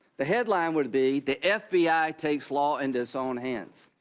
the headline would be the f b i. takes law into its own hands.